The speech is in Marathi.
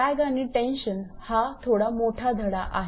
सॅग आणि टेन्शन हा थोडा मोठा धडा आहे